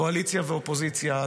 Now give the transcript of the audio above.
קואליציה ואופוזיציה,